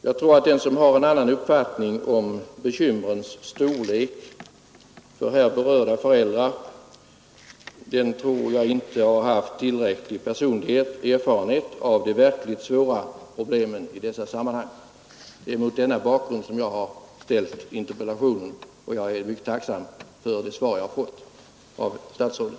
Jag tror att den som har en annan uppfattning om bekymrens storlek för här berörda föräldrar inte har haft tillräcklig personlig erfarenhet av de verkligt stora problemen i dessa sammanhang. Det är mot denna bakgrund som jag har framställt min interpellation, och jag är mycket tacksam för det positiva svar jag har fått av statsrådet.